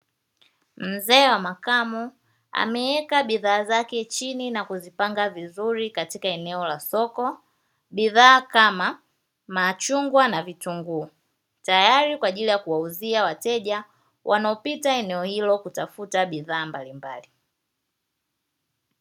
Mzee wa makamu ameweka bidhaa zake chini na kuzipanga katika vizuri katika eneo la soko bidhaa kama machungwa na vitunguu, tayari kwa ajili ya kuwauzia wateja wanaopita eneo hilo kutafuta bidhaa mbalimbali.